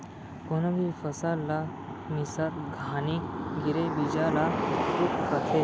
कोनो भी फसल ला मिसत घानी गिरे बीजा ल कुत कथें